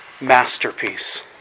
masterpiece